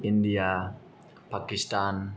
India Pakistan